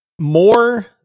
more